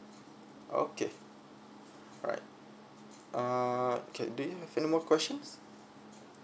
okay alright uh okay do you have anymore questions